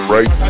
Right